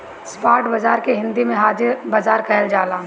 spot बाजार के हिंदी में हाजिर बाजार कहल जाला